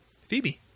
phoebe